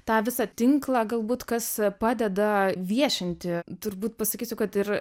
tą visą tinklą galbūt kas padeda viešinti turbūt pasakysiu kad ir